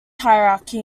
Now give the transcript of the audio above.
hierarchy